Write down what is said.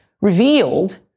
revealed